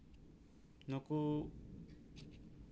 ᱱᱩᱠᱩ